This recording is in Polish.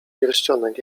pierścionek